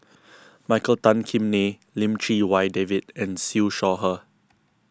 Michael Tan Kim Nei Lim Chee Wai David and Siew Shaw Her